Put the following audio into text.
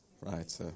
right